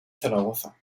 zaragoza